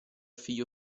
figlio